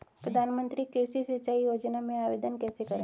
प्रधानमंत्री कृषि सिंचाई योजना में आवेदन कैसे करें?